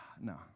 no